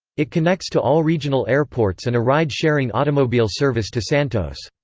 it connects to all regional airports and a ride sharing automobile service to santos.